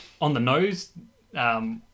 on-the-nose